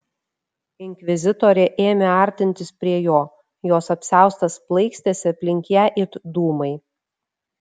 inkvizitorė ėmė artintis prie jo jos apsiaustas plaikstėsi aplink ją it dūmai